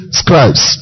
scribes